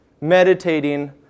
meditating